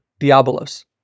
diabolos